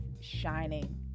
shining